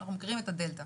אנחנו מכירים את הדלתא